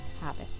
habit